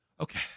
okay